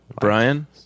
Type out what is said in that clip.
Brian